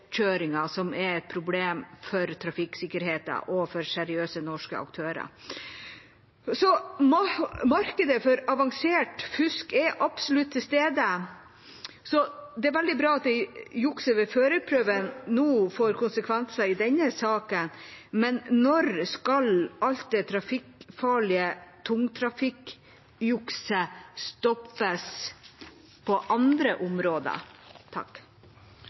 som er et problem for trafikksikkerheten og for seriøse norske aktører. Markedet for avansert fusk er absolutt til stede, så det er veldig bra at juks ved førerprøven nå får konsekvenser i denne saken. Men når skal alt det trafikkfarlige tungtrafikkjukset på andre områder